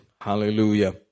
Hallelujah